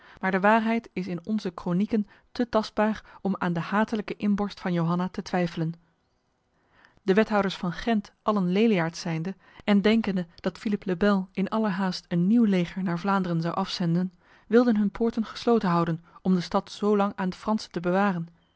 maar de waarheid is in onze kronieken te tastbaar om aan de hatelijke inborst van johanna te twijfelen de wethouders van gent allen leliaards zijnde en denkende dat philippe le bel in allerhaast een nieuw leger naar vlaanderen zou afzenden wilden hun poorten gesloten houden om de stad zolang aan de fransen te bewaren